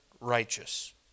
righteous